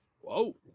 Whoa